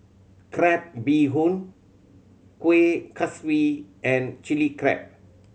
crab bee hoon Kueh Kaswi and Chili Crab